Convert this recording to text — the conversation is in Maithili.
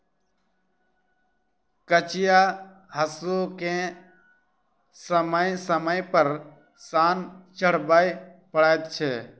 कचिया हासूकेँ समय समय पर सान चढ़बय पड़ैत छै